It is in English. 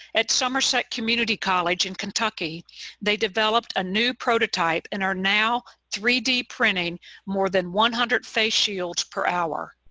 at somerset community college in kentucky they developed a new prototype and are now three d printing more than one hundred face shields per hour.